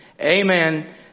Amen